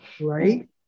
right